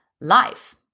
life